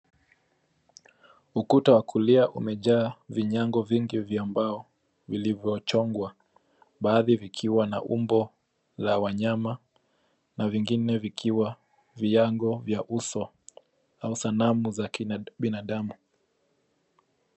Ukuta wa kulia umejaa vinyango vingi vya mbao vilivyochongwa. Baadhi ukiwa na umbo wa wanyama na vingine vikiwa viwango vya uso au sanamu za binada.